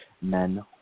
men